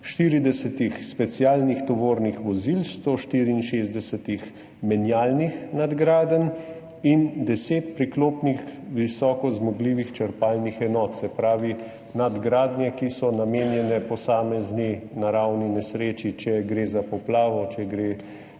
40 specialnih tovornih vozil, 164 menjalnih nadgradenj in 10 priklopnih visoko zmogljivih črpalnih enot. Se pravi nadgradnje, ki so namenjene posamezni naravni nesreči, če gre za poplavo, če gre